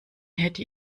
hätte